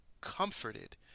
comforted